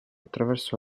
attraverso